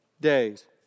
days